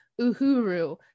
Uhuru